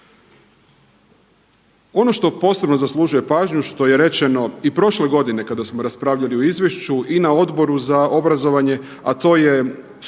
Ono što posebno zaslužuje pažnju a što je rečeno i prošle godine kada smo raspravljali u izvješću i na Odboru za obrazovanje, a to je